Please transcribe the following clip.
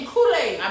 Kool-Aid